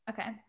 Okay